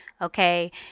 okay